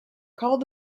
called